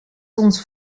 ons